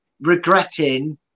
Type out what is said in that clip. regretting